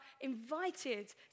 invited